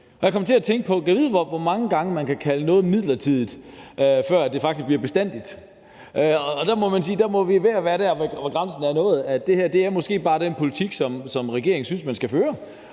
jeg kom til at tænke på, at gad vide, hvor mange gange man kan kalde noget midlertidigt, før det faktisk bliver bestandigt. Der må man sige, at der er vi ved at være der, hvor grænsen er nået – at det her måske bare er den politik, som regeringen synes man skal føre,